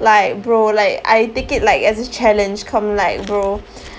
like bro like I take it like as a challenge come like bro